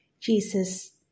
Jesus